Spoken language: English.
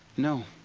no.